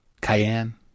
cayenne